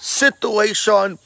situation